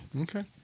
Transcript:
Okay